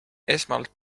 esmalt